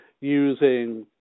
using